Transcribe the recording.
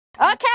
Okay